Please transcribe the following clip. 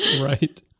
Right